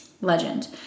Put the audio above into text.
legend